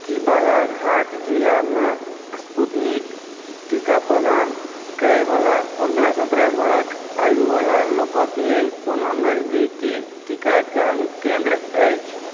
की बालाघाट जिलामे स्पूतनिक टीका प्रदान करैवला पनरहसँ सतरह बरख आयुवला लोकके लेल कोनो नजदीकी टीकाकरण केन्द्र अछि